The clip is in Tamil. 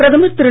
பிரமர் திரு